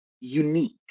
unique